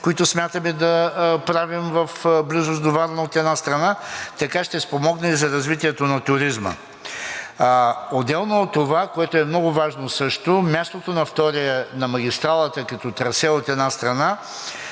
които смятаме да правим в близост до Варна, така ще спомогне за развитието на туризма. Отделно от това, което също е много важно, мястото на магистралата като трасе, от една страна,